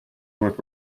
north